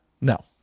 No